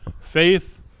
faith